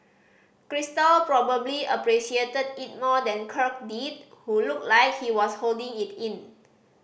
Crystal probably appreciated it more than Kirk did who looked like he was holding it in